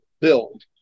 build